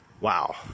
wow